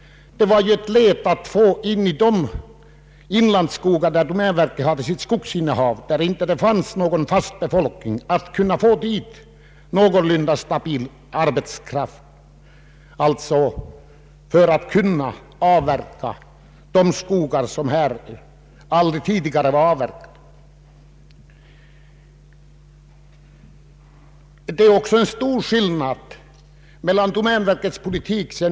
Det var ju svårt att i avlägsna delar av inlandet, där domänverket hade sitt skogsinnehav och där det inte fanns någon fast befolkning, kunna få någorlunda stabil arbetskraft för avverkning av de skogar som aldrig tidigare hade avverkats. Därför anlade man dessa kronotorp.